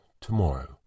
tomorrow